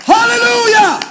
Hallelujah